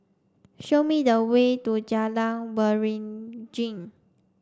show me the way to Jalan Waringin